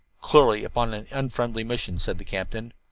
clearly upon an unfriendly mission, said the captain,